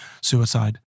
suicide